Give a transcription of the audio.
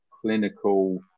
clinical